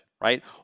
Right